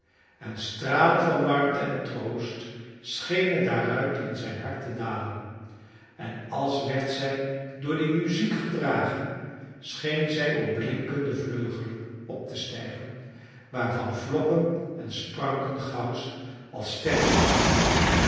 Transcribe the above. en stralen van warmte en troost schenen daaruit in zijn hart te dalen en als werd zij door die muziek gedragen scheen zij op blinkende vleugelen op te stijgen waarvan vlokken en spranken gouds als sterren afvielen